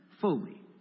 fully